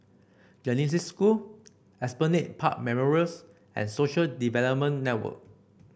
Genesis School Esplanade Park Memorials and Social Development Network